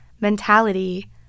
mentality